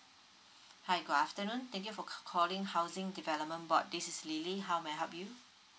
hi good afternoon thank you for c~ calling housing development board this is lily how may I help you